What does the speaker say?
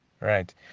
right